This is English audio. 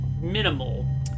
minimal